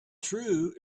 true